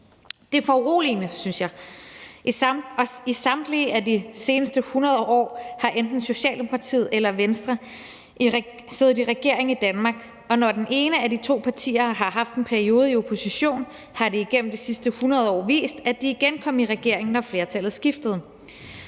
Det foruroligende, synes jeg, er, at i samtlige af de seneste 100 år har enten Socialdemokratiet eller Venstre siddet i regering i Danmark, og når det ene af de to partier har haft en periode i opposition, har det igennem de seneste 100 år vist sig, at de igen kom i regering, når flertallet skiftede.